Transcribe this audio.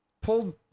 Pulled